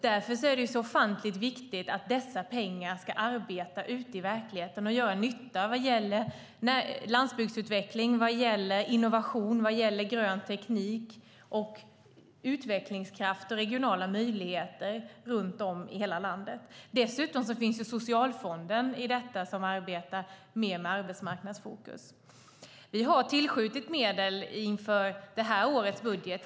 Därför är det så ofantligt viktigt att dessa pengar ska arbeta ute i verkligheten och göra nytta vad gäller landsbygdsutveckling, innovation, grön teknik, utvecklingskraft och regionala möjligheter runt om i hela landet. Dessutom finns Socialfonden i detta, som arbetar mer med arbetsmarknadsfokus. Vi har tillskjutit medel inför det här årets budget.